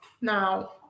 now